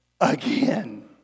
Again